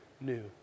new